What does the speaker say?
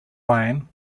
line